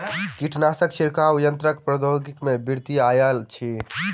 कीटनाशक छिड़काव यन्त्रक प्रौद्योगिकी में वृद्धि आयल अछि